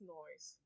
noise